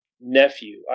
nephew